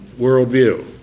worldview